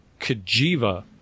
Kajiva